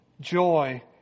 joy